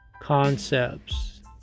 concepts